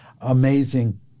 amazing